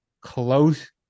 close